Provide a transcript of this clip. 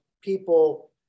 people